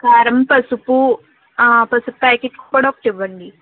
కారం పసుపు పసుపు ప్యాకెట్ కూడా ఒకటివ్వండి